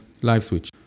LiveSwitch